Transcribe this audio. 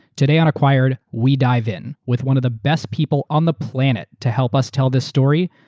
today on acquired, we dive in with one of the best people on the planet to help us tell the story,